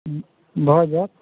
हूँ भऽ जाएत